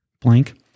blank